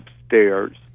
upstairs